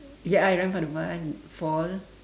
ya I run for the bus fall